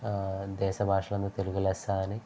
దేశ భాషలందూ తెలుగు లెస్స అని